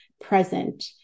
present